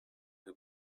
who